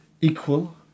equal